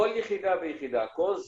כל יחידה ויחידה, כל זרוע,